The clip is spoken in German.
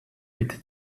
mit